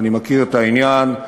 אני מכיר את העניין,